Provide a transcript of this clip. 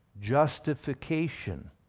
Justification